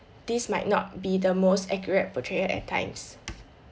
this might not be the most accurate portrayal at times